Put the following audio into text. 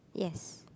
yes